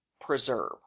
preserve